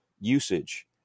usage